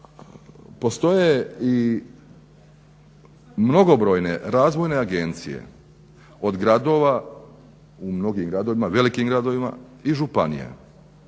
postoje i mnogobrojne razvojne agencije od gradova u mnogim gradovima, velikim